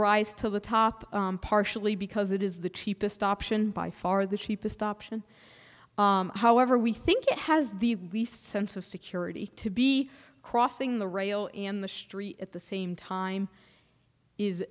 rise to the top partially because it is the cheapest option by far the cheapest option however we think it has the least sense of security to be crossing the rail in the street at the same time